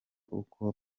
uko